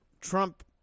Trump